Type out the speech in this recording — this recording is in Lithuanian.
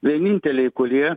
vieninteliai kurie